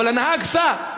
אבל הנהג: סע,